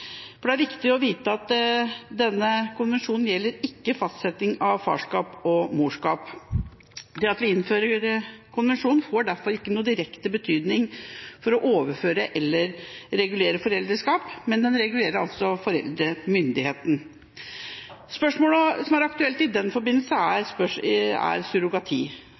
endringene. Det er viktig å vite at denne konvensjonen ikke gjelder fastsetting av farskap og morskap. Det at vi innfører konvensjonen, får derfor ikke noen direkte betydning for å overføre eller regulere foreldreskap, men den regulerer altså foreldremyndigheten. Spørsmålet som er aktuelt i den forbindelse, er surrogati.